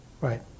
right